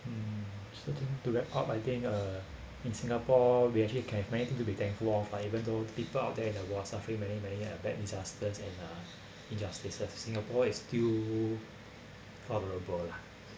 mm something to wrap up I think uh in singapore we actually can find it to be thankful of uh even though people out there in the world suffering many many uh bad disasters and uh injustices singapore is still pro~